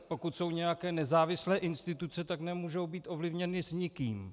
Pokud jsou nějaké nezávislé instituce, tak nemůžou být ovlivněny nikým.